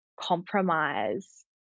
compromise